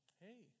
hey